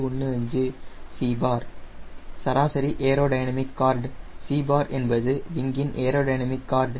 15 c சராசரி aerodynamic chord c என்பது விங்கின் ஏரோடைனமிக் கார்டு